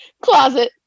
closet